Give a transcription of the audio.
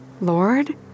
Lord